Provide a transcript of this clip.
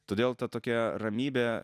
todėl ta tokia ramybė